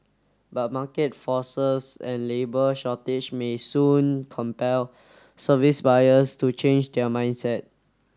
but market forces and labour shortage may soon compel service buyers to change their mindset